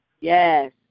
Yes